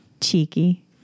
Cheeky